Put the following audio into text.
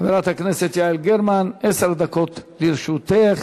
חברת הכנסת יעל גרמן, עשר דקות לרשותך.